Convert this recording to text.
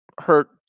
hurt